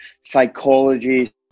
psychology